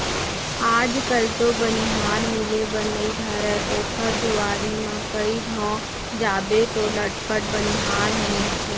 आज कल तो बनिहार मिले बर नइ धरय ओकर दुवारी म कइ घौं जाबे तौ लटपट बनिहार ह मिलथे